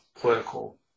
political